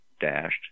dashed